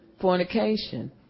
Fornication